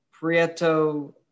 Prieto